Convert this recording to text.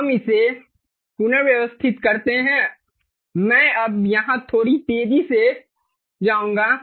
तो हम इसे पुनर्व्यवस्थित करते हैं मैं अब यहां थोड़ी तेजी से जाऊंगा